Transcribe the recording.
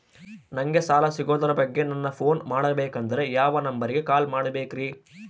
ನಂಗೆ ಸಾಲ ಸಿಗೋದರ ಬಗ್ಗೆ ನನ್ನ ಪೋನ್ ಮಾಡಬೇಕಂದರೆ ಯಾವ ನಂಬರಿಗೆ ಕಾಲ್ ಮಾಡಬೇಕ್ರಿ?